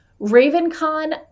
Ravencon